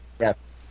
yes